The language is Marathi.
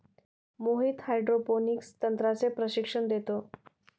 मोहित हायड्रोपोनिक्स तंत्राचे प्रशिक्षण देतो